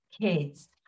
kids